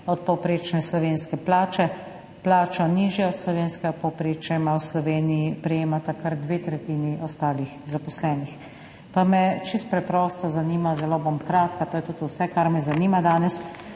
od povprečne slovenske plače. Plačo, nižjo od slovenskega povprečja, prejemata v Sloveniji kar dve tretjini ostalih zaposlenih. Pa me čisto preprosto zanima, zelo bom kratka, to je tudi vse, kar me zanima danes